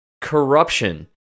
corruption